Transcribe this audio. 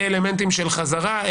אלמנטים של חזרה,